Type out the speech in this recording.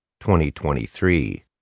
2023